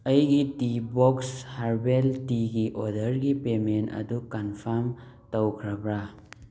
ꯑꯩꯒꯤ tea box herbal ꯇꯤꯒꯤ ꯑꯣꯔꯗꯔꯒꯤ ꯄꯦꯃꯦꯟ ꯑꯗꯨ ꯀꯟꯐꯥꯔꯝ ꯇꯧꯈ꯭ꯔꯕ꯭ꯔꯥ